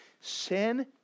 Sin